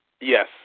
Yes